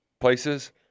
places